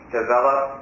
develop